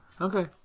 Okay